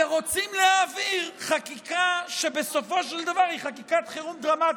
ורוצים להעביר חקיקה שבסופו של דבר היא חקיקת חירום דרמטית.